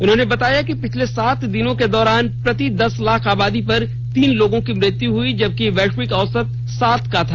उन्होंने बताया कि पिछले सात दिनों के दौरान प्रति दस लाख आबादी पर तीन लोगों की मृत्यु हुई जबकि वैश्विक औसत सात का था